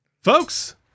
Folks